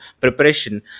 preparation